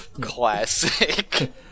classic